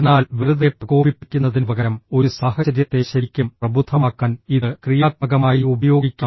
എന്നാൽ വെറുതെ പ്രകോപിപ്പിക്കുന്നതിനുപകരം ഒരു സാഹചര്യത്തെ ശരിക്കും പ്രബുദ്ധമാക്കാൻ ഇത് ക്രിയാത്മകമായി ഉപയോഗിക്കാം